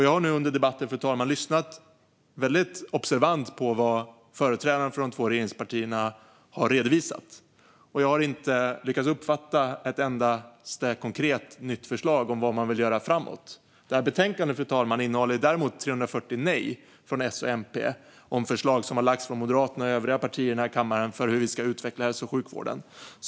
Jag har nu under debatten, fru talman, lyssnat väldigt observant på vad företrädarna för de två regeringspartierna har redovisat. Jag har inte lyckats uppfatta ett endaste konkret nytt förslag om vad man vill göra framåt. Fru talman! Betänkandet innehåller däremot 340 nej från S och MP om förslag som har lagts fram från Moderaterna och övriga partier här i kammaren för hur vi ska utveckla hälso och sjukvården.